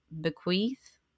bequeath